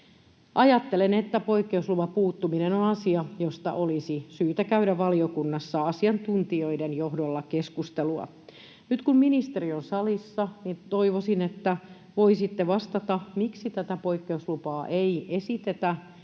Ajattelen, että poikkeusluvan puuttuminen on asia, josta olisi syytä käydä keskustelua valiokunnassa asiantuntijoiden johdolla. Nyt kun ministeri on salissa, niin toivoisin, että voisitte vastata, miksi tätä poikkeuslupaa ei esitetä